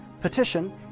petition